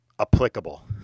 applicable